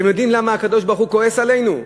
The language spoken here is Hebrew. אתם יודעים למה הקדוש-ברוך-הוא כועס עלינו?